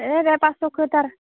है दे फास्स'खो होथार